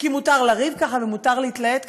כי מותר לריב ככה ומותר להתלהט ככה.